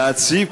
להציב,